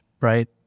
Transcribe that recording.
right